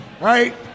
right